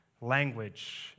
language